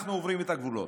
אנחנו עוברים את הגבולות.